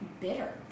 bitter